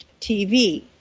TV